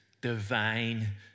divine